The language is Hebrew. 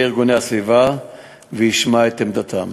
של ארגוני הסביבה וישמע את עמדתם.